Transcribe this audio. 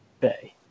Bay